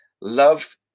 love